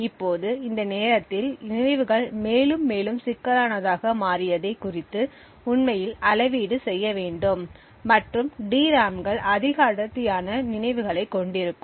இப்போது இந்த நேரத்தில் நினைவுகள் மேலும் மேலும் சிக்கலானதாக மாறியதை குறித்து உண்மையில் அளவீடு செய்ய வேண்டும் மற்றும் டிராம்கள் அதிக அடர்த்தியான நினைவுகளைக் கொண்டிருக்கும்